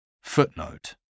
footnote